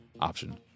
option